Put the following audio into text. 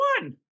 one